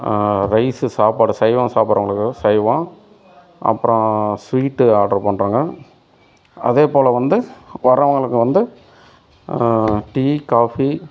rice சாப்பாடு சைவம் சாப்பிடுறவங்களுக்காக சைவம் அப்புறம் ஸ்வீட்டு ஆர்ட்ரு பண்ணுறோங்க அதேபோல வந்து வரவங்களுக்கு வந்து டீ காஃபி